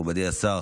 מכובדי השר,